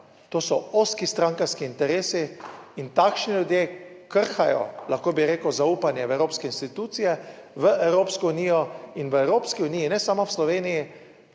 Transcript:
to so ozki strankarski interesi in takšni ljudje krhajo, lahko bi rekel, zaupanje v evropske institucije, v Evropsko unijo in v Evropski uniji, ne samo v Sloveniji,